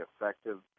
effective